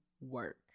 work